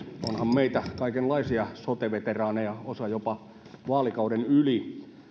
meitä kaikenlaisia sote veteraaneja osa jopa vaalikauden yli